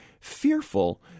fearful